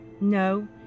No